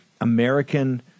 American